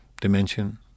dimension